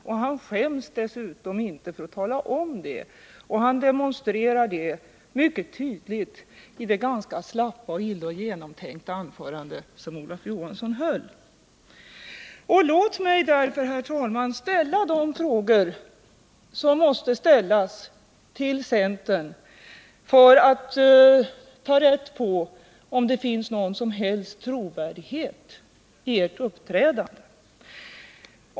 Olof Johansson skäms dessutom inte för att tala om detta och demonstrerar det mycket tydligt genom det ganska slappa och illa genomtänkta anförande Låt mig därför, herr talman, ställa de frågor som måste ställas till centern för att ta rätt på om det finns någon som helst trovärdighet i ert uppträdande.